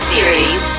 Series